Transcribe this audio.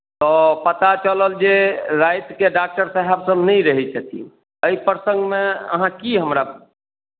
तऽ पता चलल जे रातिकेँ डॉक्टर साहेबसभ नहि रहै छथिन एहि प्रसङ्गमे अहाँ की हमरा